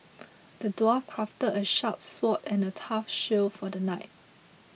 the dwarf crafted a sharp sword and a tough shield for the knight